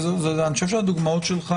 אני חושב שזה נכון.